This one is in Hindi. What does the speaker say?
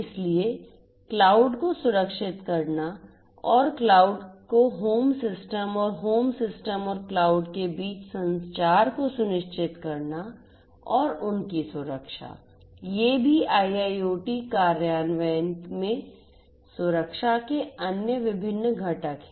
इसलिए क्लाउड को सुरक्षित करना और क्लाउड को होम सिस्टम और होम सिस्टम और क्लाउड के बीच संचार को सुनिश्चित करना और उनकी सुरक्षा ये भी IIoT कार्यान्वयन में सुरक्षा के अन्य विभिन्न घटक हैं